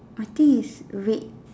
I think is red